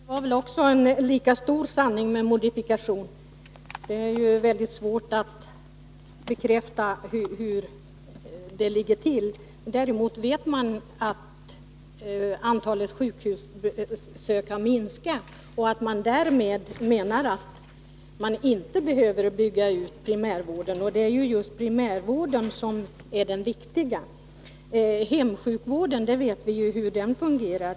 Herr talman! Det sista Karin Israelsson talade om i det senaste inlägget var väl också en sanning med modifikation. Det är ju väldigt svårt att få bekräftat hur det ligger till. Däremot vet vi att antalet sjukhusbesök har minskat och att man därför menar att man inte behöver bygga ut primärvården. Det är just primärvården som är den viktiga. Hur hemsjukvården fungerar i dag vet vi ju.